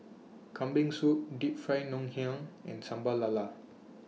Kambing Soup Deep Fried Ngoh Hiang and Sambal Lala